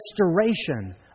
restoration